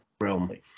Realm